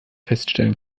feststellen